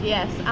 Yes